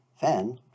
Fan